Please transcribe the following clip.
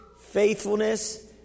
faithfulness